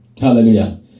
hallelujah